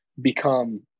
become